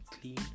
clean